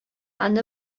аны